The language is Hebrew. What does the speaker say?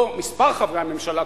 לא במספר חברי הממשלה,